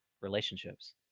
relationships